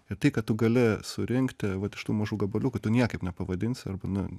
ir tai kad tu gali surinkti vat iš tų mažų gabaliukų tu niekaip nepavadinsi arba nu